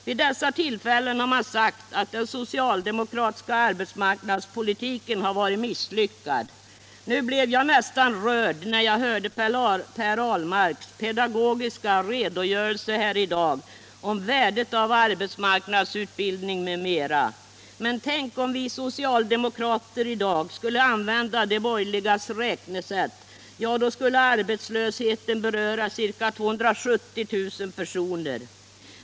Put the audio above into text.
Vid dessa tillfällen har man sagt att den socialdemokratiska arbetsmarknadspolitiken varit misslyckad. Nu blev jag nästan rörd när jag hörde Per Ahlmarks pedagogiska redogörelse här i dag för värdet av arbetsmarknadsutbildning m.m. Tänk om vi socialdemokrater i dag skulle använda de borgerligas räknesätt — då skulle arbetslösheten beröra ca 270 000 personer!